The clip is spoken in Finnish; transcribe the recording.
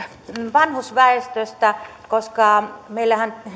vanhusväestöstä koska meillähän